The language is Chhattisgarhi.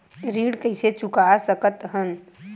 ऋण कइसे चुका सकत हन?